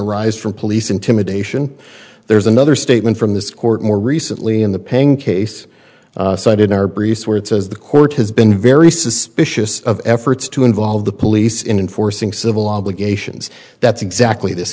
arise from police intimidation there's another statement from this court more recently in the paying case cited our bruce where it says the court has been very suspicious of efforts to involve the police in enforcing civil obligations that's exactly this